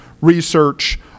research